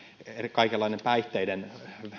kaikenlainen päihteiden